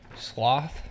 sloth